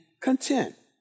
content